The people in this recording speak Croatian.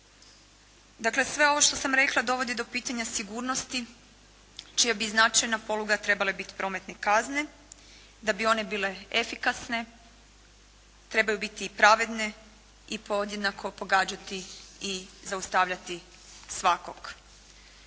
Dakle sve ovo što sam rekla dovodi do pitanja sigurnosti čija bi značajna poluga trebale biti prometne kazne da bi one bile efikasne trebaju biti pravedne i podjednako pogađati i zaustavljati svakog.